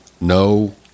no